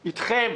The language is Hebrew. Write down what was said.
אתכם.